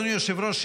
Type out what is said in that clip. אדוני היושב-ראש,